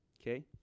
Okay